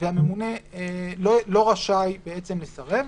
והממונה לא רשאי לסרב.